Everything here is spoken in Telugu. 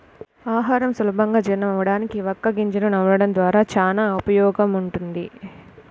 ఆహారం సులభంగా జీర్ణమవ్వడానికి వక్క గింజను నమలడం ద్వారా చానా ఉపయోగముంటది